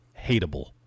hateable